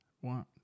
One